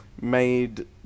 made